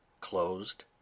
closed